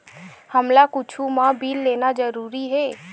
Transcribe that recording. हमला कुछु मा बिल लेना जरूरी हे?